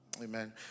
Amen